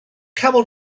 camel